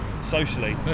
socially